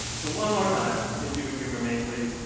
so one more time if you would humor me, please.